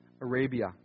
Arabia